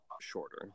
shorter